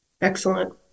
Excellent